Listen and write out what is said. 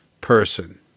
person